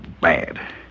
bad